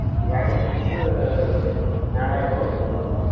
இன்னைக்கு கிராமுக்கு வந்து நாலாயிரூவா கொடுக்குறோங்க